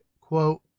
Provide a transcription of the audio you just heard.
quote